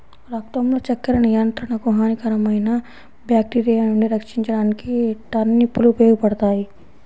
రక్తంలో చక్కెర నియంత్రణకు, హానికరమైన బ్యాక్టీరియా నుండి రక్షించడానికి టర్నిప్ లు ఉపయోగపడతాయి